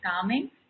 calming